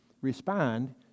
respond